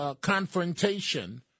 confrontation